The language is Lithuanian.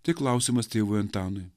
tai klausimas tėvui antanui